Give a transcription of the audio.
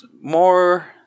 more, –